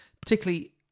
particularly